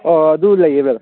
ꯍꯣꯏ ꯍꯣꯏ ꯑꯗꯨ ꯂꯩꯌꯦ ꯕ꯭ꯔꯗꯔ